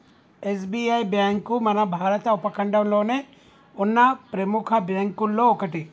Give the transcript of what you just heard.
SBI bank మన భారత ఉపఖండంలోనే ఉన్న ప్రెముఖ బ్యేంకుల్లో ఒకటి